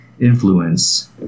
influence